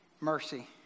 mercy